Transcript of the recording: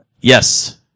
Yes